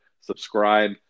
subscribe